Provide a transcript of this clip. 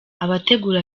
abategura